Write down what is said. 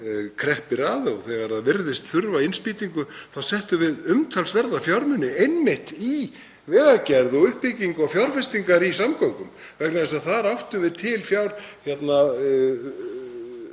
kreppti að og þegar það virtist þurfa innspýtingu settum við umtalsverða fjármuni einmitt í vegagerð og uppbyggingu og fjárfestingar í samgöngum vegna þess að þar áttum við til undirbyggðar